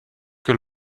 que